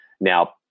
Now